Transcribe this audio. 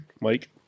Mike